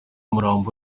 umurambo